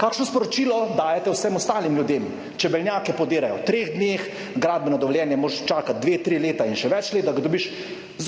Kakšno sporočilo dajete vsem ostalim ljudem? Čebelnjake podirajo v 3 dneh, gradbeno dovoljenje moraš čakati 2, 3 leta in še več let, da ga dobiš,